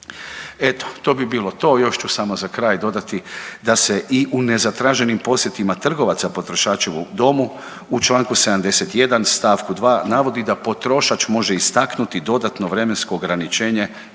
Eto, to bi bilo to, još ću samo za kraj dodati da se u nezatraženim posjetima trgovaca potrošačevom domu u čl. 71. st. 2. navodi da potrošač može istaknuti dodatno vremensko ograničenje